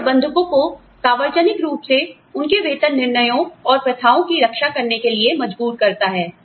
यह प्रबंधकों को सार्वजनिक रूप से उनके वेतन निर्णयों और प्रथाओं की रक्षा करने के लिए मजबूर करता है